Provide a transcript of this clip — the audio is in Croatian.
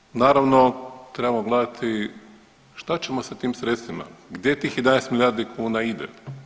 Međutim, naravno trebamo gledati šta ćemo sa tim sredstvima, gdje tih 11 milijardi kuna ide?